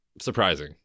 surprising